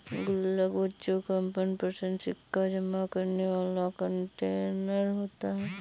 गुल्लक बच्चों का मनपंसद सिक्का जमा करने वाला कंटेनर होता है